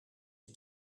you